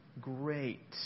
great